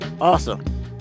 Awesome